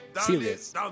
serious